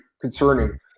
concerning